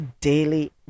daily